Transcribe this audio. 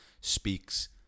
speaks